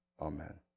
Amen